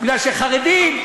בגלל שחרדים,